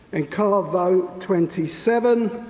and card vote twenty seven,